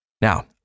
Now